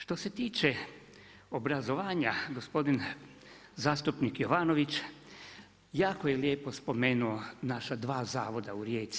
Što se tiče obrazovanja gospodin zastupnik Jovanović jako je lijepo spomenuo naša dva zavoda u Rijeci.